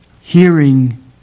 hearing